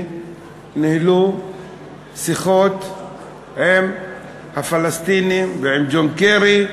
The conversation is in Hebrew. ניהלו שיחות עם הפלסטינים ועם ג'ון קרי.